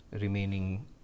remaining